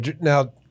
now